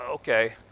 Okay